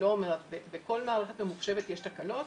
בכל מערכת ממוחשבת יש תקלות.